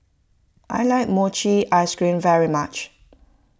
I like Mochi Ice Cream very much